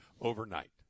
overnight